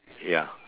ya